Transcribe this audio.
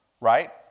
Right